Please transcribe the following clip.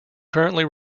currently